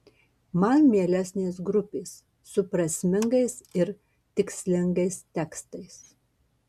man mielesnės grupės su prasmingais ir tikslingais tekstais